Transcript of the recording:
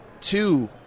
two